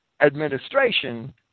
administration